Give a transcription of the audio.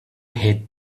hate